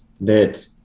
that-